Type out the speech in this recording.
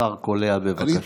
קצר וקולע, בבקשה.